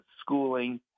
schooling